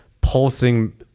pulsing